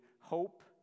hope